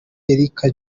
erica